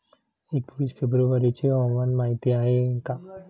एकवीस फेब्रुवारीची हवामान माहिती आहे का?